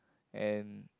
and